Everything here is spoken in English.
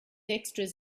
extras